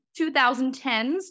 2010s